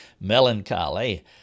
melancholy